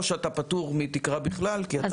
או שאתה פטור מתקרה בכלל כי אתה --- אז